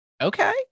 Okay